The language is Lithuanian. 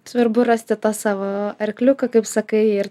svarbu rasti savo arkliuką kaip sakai ir